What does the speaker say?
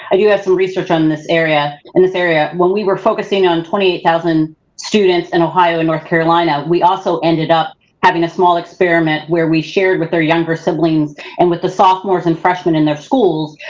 i do have some research on this area, in this area. when we were focusing on twenty eight thousand students in and ohio and north carolina, we also ended up having a small experiment where we shared with their younger siblings and with the sophomores and freshmen in their schools,